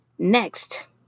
Next